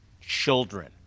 children